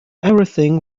everything